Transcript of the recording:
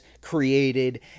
created